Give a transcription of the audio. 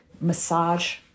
massage